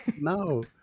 No